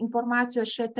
informacijos šia tema